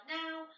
now